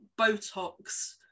Botox